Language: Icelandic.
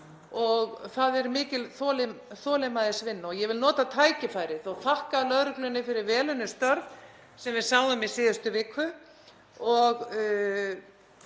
og það er mikil þolinmæðisvinna. Ég vil nota tækifærið og þakka lögreglunni fyrir vel unnin störf sem við sáum í síðustu viku.